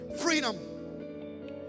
freedom